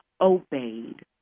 obeyed